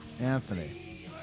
anthony